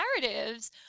narratives